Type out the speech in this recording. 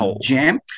jam